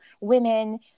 women